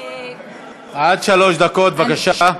עד שלוש דקות, בבקשה.